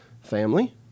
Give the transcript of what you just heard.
family